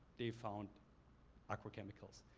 they found agrochemicals.